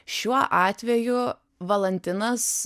šiuo atveju valantinas